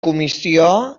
comissió